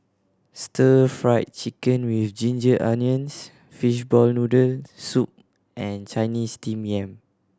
Stir Fried Chicken With Ginger Onions fishball noodle soup and Chinese Steamed Yam